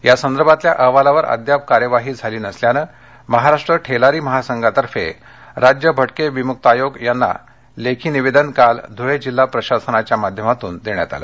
या संदर्भातल्या अहवालावर अद्याप कार्यवाही झाली नसल्यानं महाराष्ट्र ठेलारी महासंघातर्फे राज्य भटके विमुक्त आयोग यांना लेखी निवेदन काल धुळे जिल्हा प्रशासनाच्या माध्यमातून देण्यात आलं